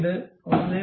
ഇപ്പോൾ ഇത് 1